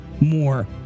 more